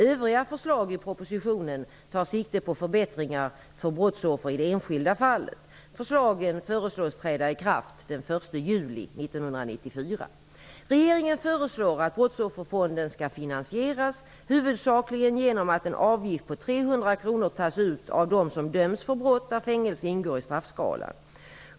Övriga förslag i propositionen tar direkt sikte på förbättringar för brottsoffer i det enskilda fallet. Regeringen föreslår att brottsofferfonden skall finansieras huvudsakligen genom att en avgift på 300 kr tas ut av dem som döms för brott där fängelse ingår i straffskalan.